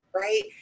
right